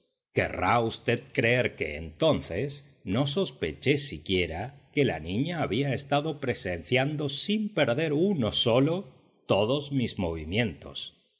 querrá v creer que entonces no sospeché siquiera que la niña había estado presenciando sin perder uno sólo todos mis movimientos